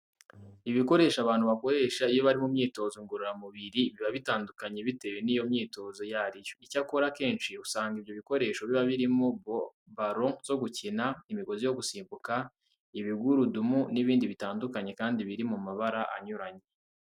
Ibikoresho abantu bakoresha iyo bari mu myitozo ngiroramubiri, biba bitandukanye bitewe n'iyo myitozo iyo ari yo. Icyakora akenshi usanga ibyo bikoresho biba birimo balo zo gukina, imigozi yo gusimbuka, ibigurudumu n'ibindi bitandukanye kandi biri mu mabara anyuranye.